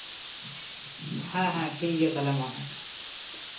ᱦᱮᱸ ᱦᱮᱸ ᱴᱷᱤᱠ ᱜᱮᱭᱟ ᱛᱟᱦᱞᱮ ᱢᱟ